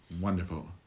Wonderful